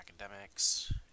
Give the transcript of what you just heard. academics